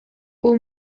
aux